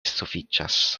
sufiĉas